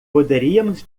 poderíamos